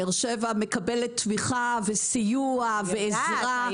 באר שבע מקבלת תמיכה, סיוע ועזרה.